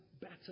better